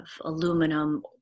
aluminum